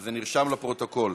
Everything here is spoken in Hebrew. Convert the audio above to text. אז זה נרשם בפרוטוקול.